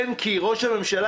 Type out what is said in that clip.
ראש הממשלה,